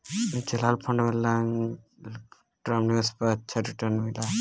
mutual fund में long term निवेश पे अच्छा रीटर्न मिलला